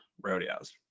rodeos